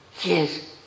yes